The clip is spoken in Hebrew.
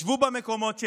ישבו במקומות שלהם,